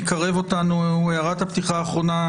הערת הפתיחה האחרונה